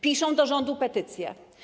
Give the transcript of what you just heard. Piszą do rządu petycje.